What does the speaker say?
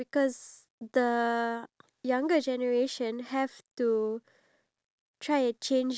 like because of the fact that we need to cater to these elderly then